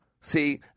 See